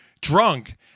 drunk